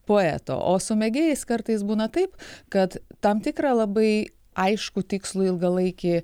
poeto o su mėgėjais kartais būna taip kad tam tikrą labai aiškų tikslų ilgalaikį